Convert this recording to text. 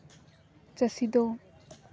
ᱪᱟᱹᱥᱤ ᱫᱚ